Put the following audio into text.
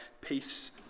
peace